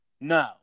no